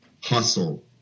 hustle